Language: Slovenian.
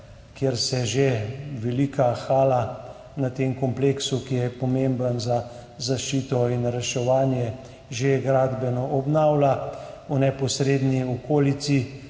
kjer se velika hala na tem kompleksu, ki je pomemben za zaščito in reševanje, že gradbeno obnavlja. V neposredni okolici